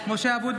(קוראת בשמות חברי הכנסת) משה אבוטבול,